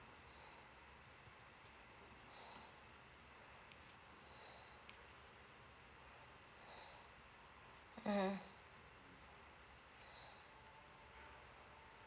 mm